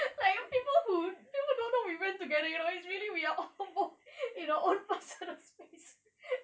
like people who people don't know we went together you know it's really we are all both in our own personal space